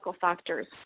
factors